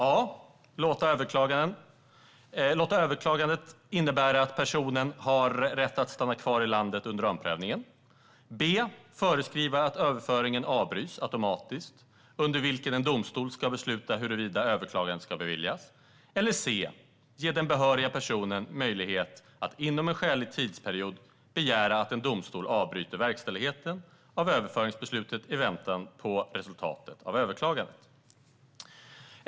Det första är att man låter överklagandet innebära att personen har rätt att stanna kvar i landet under omprövningen. Det andra är att man föreskriver att överföringen avbryts automatiskt - i sådana fall ska en domstol besluta huruvida överklagandet ska beviljas. Det tredje är att man ger den berörda personen möjlighet att inom en skälig tidsperiod begära att en domstol avbryter verkställigheten av överföringsbeslutet i väntan på resultatet av överklagandet.